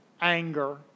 anger